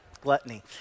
Gluttony